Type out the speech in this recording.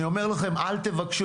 אני אומר לכם: אל תבקשו.